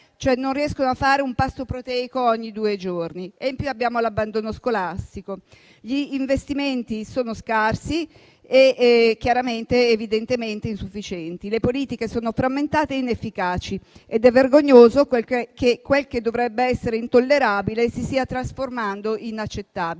cioè non riescono a fare un pasto proteico ogni due giorni; in più abbiamo l'abbandono scolastico. Gli investimenti sono scarsi ed evidentemente insufficienti. Le politiche sono frammentate e inefficaci ed è vergognoso che quel che dovrebbe essere intollerabile si stia trasformando in accettabile.